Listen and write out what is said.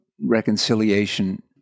reconciliation